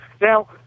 Now